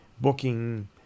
booking